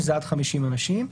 וזה עד 50 אנשים.